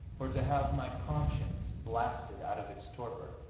or to have my conscience blasted out of its torpor,